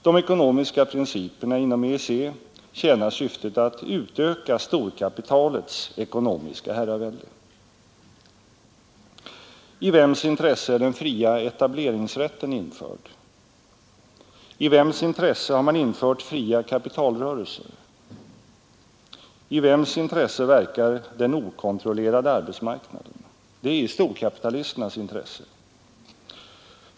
De ekonomiska principerna inom EEC tjänar syftet att utöka storkapitalets ekonomiska herravälde. I vems intresse är den fria etableringsrätten införd? I vems intresse har man infört fria kapitalrörelser? I vems intresse verkar den okontrollerade arbetsmarknaden? Det är i storkapitalisternas intresse.